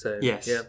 Yes